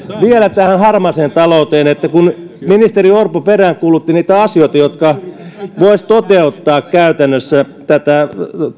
vielä tähän harmaaseen talouteen kun ministeri orpo peräänkuulutti niitä asioita jotka voisivat toteuttaa käytännössä tätä